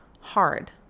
hard